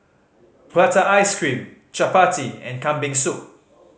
prata ice cream chappati and Kambing Soup